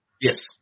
Yes